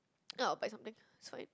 oh I'll buy something it's fine